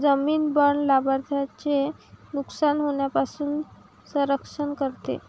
जामीन बाँड लाभार्थ्याचे नुकसान होण्यापासून संरक्षण करते